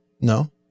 No